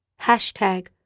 Hashtag